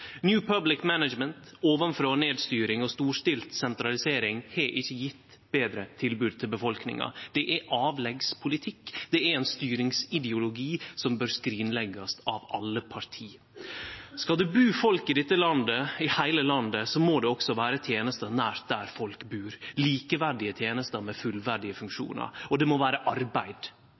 New Public Management, ovanfrå og ned-styring og storstilt sentralisering har ikkje gjeve betre tilbod til befolkninga. Det er avleggs politikk, det er ein styringsideologi som bør skrinleggjast av alle parti. Skal det bu folk i dette landet, i heile landet, må det også vere tenester nært der folk bur, likeverdige tenester med fullverdige funksjonar, og det må vere arbeid.